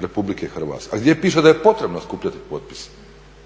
Republike Hrvatske. A gdje piše da je potrebno skupljati potpise?